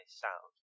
sound